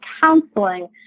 counseling